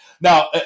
now